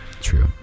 True